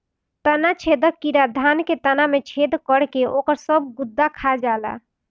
तना छेदक कीड़ा धान के तना में छेद करके ओकर सब गुदा खा जाएला